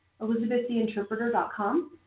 elizabeththeinterpreter.com